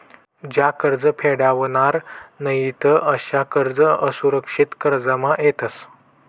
ज्या कर्ज फेडावनार नयीत अशा कर्ज असुरक्षित कर्जमा येतस